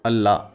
ಅಲ್ಲ